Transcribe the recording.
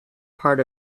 part